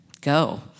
Go